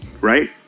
right